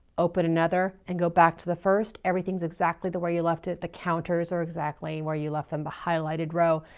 open another and go back to the first, everything's exactly the way you left it. the counters are exactly where you left them, the highlighted row,